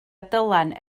dylan